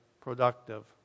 productive